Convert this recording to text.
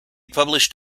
published